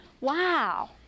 Wow